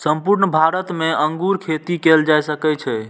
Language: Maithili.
संपूर्ण भारत मे अंगूर खेती कैल जा सकै छै